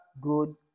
good